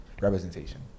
Representation